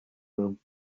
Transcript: room